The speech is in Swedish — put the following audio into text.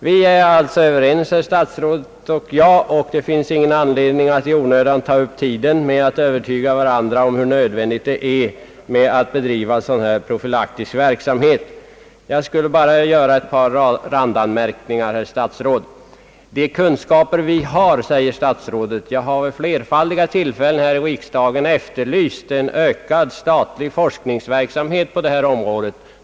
Herr statsrådet och jag är alltså överens, och det finns då ingen anledning att vi tar upp tiden med att i onödan övertyga varandra om hur nödvändig denna profylaktiska verksamhet är. Jag skulle bara vilja göra ett par randanmärkningar, herr statsråd. Statsrådet talar om de kunskaper vi har. Jag har vid flerfaldiga tillfällen här i riksdagen efterlyst en ökad statlig forskningsverksamhet på detta om råde.